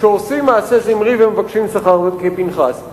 שעושים מעשה זמרי ומבקשים שכר כפנחס.